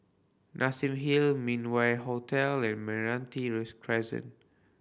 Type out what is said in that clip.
Massim Hill Min Wah Hotel and Meranti Crescent